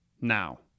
now